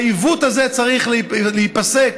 העיוות הזה צריך להיפסק,